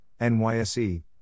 NYSE